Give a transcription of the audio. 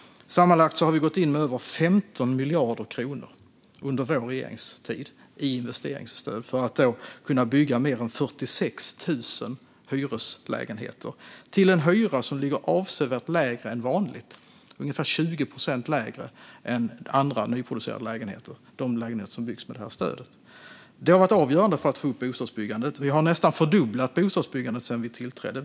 Sammanlagt har vi gått in med över 15 miljarder kronor i investeringsstöd under vår regeringstid för att kunna bygga mer än 46 000 hyreslägenheter till en hyra som ligger avsevärt lägre än vanligt - ungefär 20 procent lägre än nyproducerade lägenheter som inte byggs med det här stödet. Det här har varit avgörande för att få upp bostadsbyggandet. Vi har nästan fördubblat bostadsbyggandet sedan vi tillträdde.